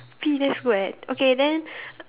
B that's good eh okay then